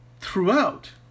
throughout